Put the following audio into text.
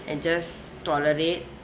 and just tolerate